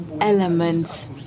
elements